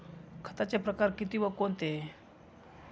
खताचे प्रकार किती व कोणते?